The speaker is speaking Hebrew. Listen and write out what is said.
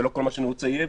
ולא כל מה שאני רוצה יהיה,